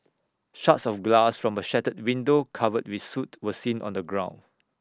shards of glass from A shattered window covered with soot were seen on the ground